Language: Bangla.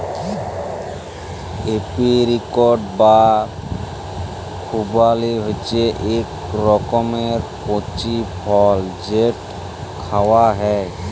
এপিরিকট বা খুবালি হছে ইক রকমের কঁচি ফল যেট খাউয়া হ্যয়